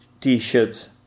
t-shirts